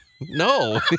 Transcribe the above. No